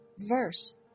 Verse